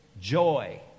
Joy